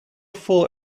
full